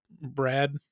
Brad